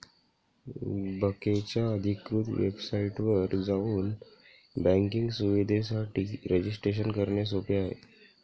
बकेच्या अधिकृत वेबसाइटवर जाऊन नेट बँकिंग सुविधेसाठी रजिस्ट्रेशन करणे सोपे आहे